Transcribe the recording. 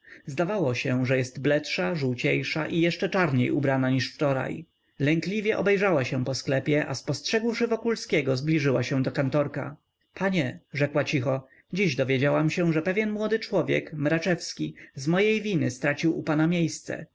zdawało się że jest bledsza żółciejsza i jeszcze czarniej ubrana niż wczoraj lękliwie obejrzała się po sklepie a spostrzegłszy wokulskiego zbliżyła się do kantorka panie rzekła cicho dziś dowiedziałam się że pewien młody człowiek mraczewski z mojej winy stracił u pana miejsce